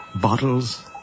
bottles